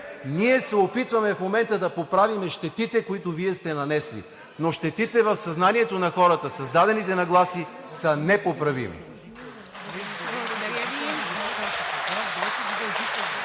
ние се опитваме да поправим щетите, които Вие сте нанесли, но щетите в съзнанието на хората, създадените нагласи са непоправими!